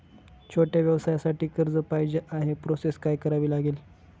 छोट्या व्यवसायासाठी कर्ज पाहिजे आहे प्रोसेस काय करावी लागेल?